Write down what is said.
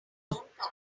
pockets